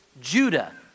Judah